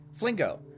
flingo